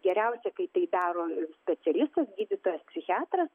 geriausia kai tai daro specialistas gydytojas psichiatras